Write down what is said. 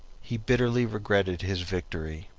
he bitterly regretted his victory.